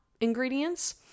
ingredients